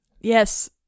Yes